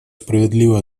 справедливо